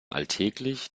alltäglich